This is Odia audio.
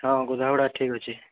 ହଁ ଗଧାବୁଡ଼ା ଠିକ୍ ଅଛେ